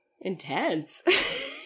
intense